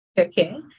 Okay